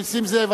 נסים זאב,